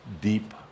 deep